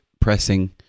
pressing